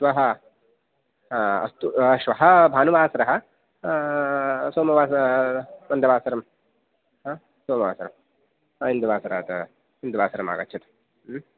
श्वः अस्तु श्वः भानुवासरः सोमवासर मन्दवासरं सोमवासरं इन्दुवासरात् इन्दुवासरम् आगच्छतु